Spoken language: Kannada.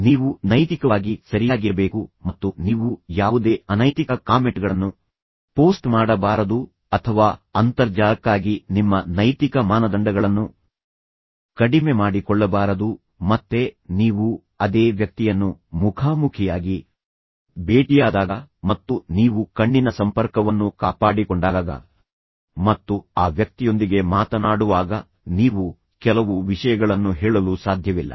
ನೀವು ನೈತಿಕವಾಗಿ ಸರಿಯಾಗಿರಬೇಕು ಮತ್ತು ನೀವು ಯಾವುದೇ ಅನೈತಿಕ ಕಾಮೆಂಟ್ಗಳನ್ನು ಪೋಸ್ಟ್ ಮಾಡಬಾರದು ಅಥವಾ ಅಂತರ್ಜಾಲಕ್ಕಾಗಿ ನಿಮ್ಮ ನೈತಿಕ ಮಾನದಂಡಗಳನ್ನು ಕಡಿಮೆ ಮಾಡಿ ಕೊಳ್ಳಬಾರದು ಮತ್ತೆ ನೀವು ಅದೇ ವ್ಯಕ್ತಿಯನ್ನು ಮುಖಾಮುಖಿಯಾಗಿ ಭೇಟಿಯಾದಾಗ ಮತ್ತು ನೀವು ಕಣ್ಣಿನ ಸಂಪರ್ಕವನ್ನು ಕಾಪಾಡಿಕೊಂಡಾಗ ಮತ್ತು ಆ ವ್ಯಕ್ತಿಯೊಂದಿಗೆ ಮಾತನಾಡುವಾಗ ನೀವು ಕೆಲವು ವಿಷಯಗಳನ್ನು ಹೇಳಲು ಸಾಧ್ಯವಿಲ್ಲ